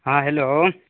ہاں ہیلو